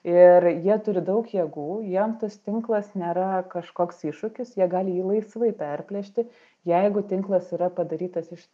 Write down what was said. ir jie turi daug jėgų jiem tas tinklas nėra kažkoks iššūkis jie gali jį laisvai perplėšti jeigu tinklas yra padarytas iš